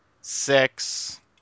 six